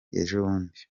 ejobundi